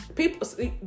people